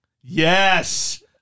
Yes